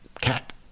cat